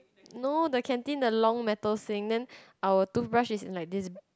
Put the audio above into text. no the canteen the long metal sink then our toothbrush is like this